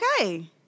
Okay